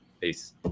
Peace